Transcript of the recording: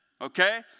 Okay